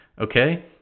okay